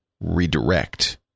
redirect